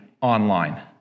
online